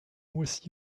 with